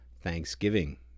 Thanksgiving